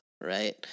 right